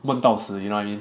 闷到死 you know what I mean